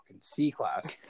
C-class